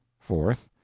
fourth.